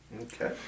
Okay